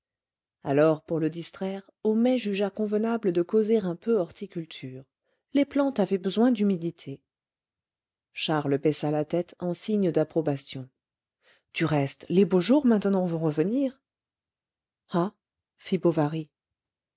alors pour le distraire homais jugea convenable de causer un peu horticulture les plantes avaient besoin d'humidité charles baissa la tête en signe d'approbation du reste les beaux jours maintenant vont revenir ah fit